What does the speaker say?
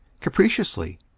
capriciously